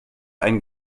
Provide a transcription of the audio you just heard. einen